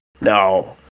No